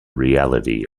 reality